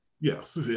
Yes